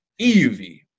EUV